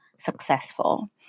Successful